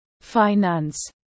finance